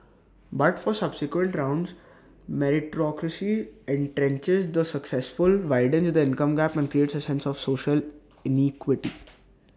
but for subsequent rounds meritocracy entrenches the successful widens the income gap and creates A sense of social inequity